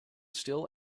still